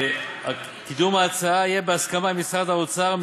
קידום ההצעה יהיה בהסכמה עם משרד האוצר,